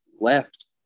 left